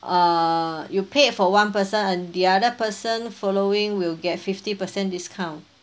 uh you paid for one person and the other person following will get fifty percent discount